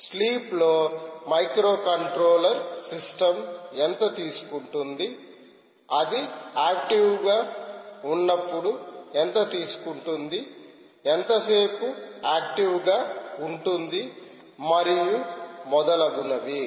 sleep లో microcontroller system ఎంత తీసుకుంటుంది అది ఆక్టివ్గా ఉన్నప్పుడు ఎంత తీసుకుంటుంది ఎంతసేపు ఆక్టివ్ గా ఉంటుంది మరియు మొదలగునవి